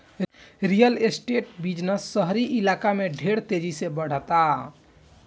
real estate business शहरी इलाका में ढेर तेजी से बढ़ता